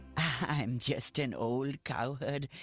i am just an old cowherd,